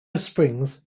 springs